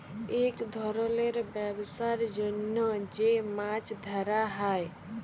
ইক ধরলের ব্যবসার জ্যনহ যে মাছ ধ্যরা হ্যয়